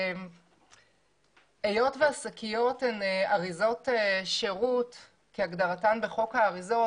היות והשקיות הן אריזות שירות כהגדרתן בחוק האריזות,